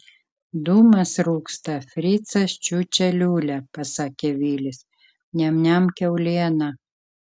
dūmas rūksta fricas čiūčia liūlia pasakė vilis niam niam kiaulieną